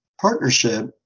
partnership